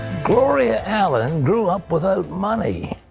gloria allen grew up without money.